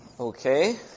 Okay